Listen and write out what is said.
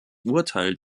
urteil